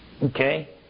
Okay